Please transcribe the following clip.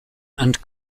and